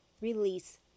release